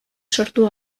sortu